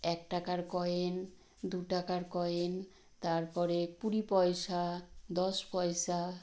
এক টাকার কয়েন দু টাকার কয়েন তারপরে কুড়ি পয়সা দশ পয়সা